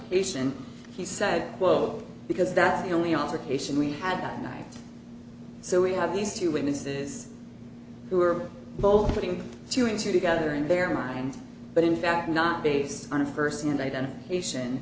cation he said well because that the only altercation we had that night so we have these two witnesses who are both putting two and two together in their mind but in fact not based on a first hand identification